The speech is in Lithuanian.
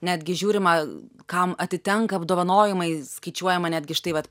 netgi žiūrima kam atitenka apdovanojimai skaičiuojama netgi štai vat